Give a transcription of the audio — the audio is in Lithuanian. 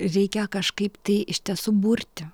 reikia kažkaip tai iš tiesų burti